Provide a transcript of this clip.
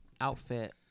outfit